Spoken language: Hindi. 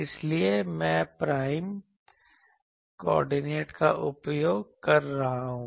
इसलिए मैं प्राइम कोऑर्डिनेट का उपयोग कर रहा हूं